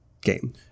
game